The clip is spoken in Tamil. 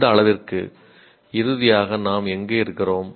அந்த அளவிற்கு இறுதியாக நாம் எங்கே இருக்கிறோம்